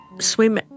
Swim